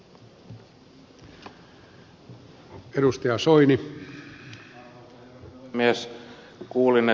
arvoisa herra puhemies